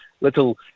little